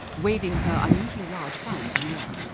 waving her unusually large hands in the air.